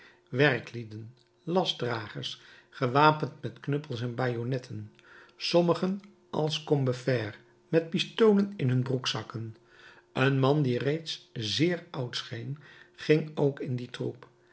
werklieden lastdragers gewapend met knuppels en bajonnetten sommigen als combeferre met pistolen in hun broekzakken een man die reeds zeer oud scheen ging ook in dien troep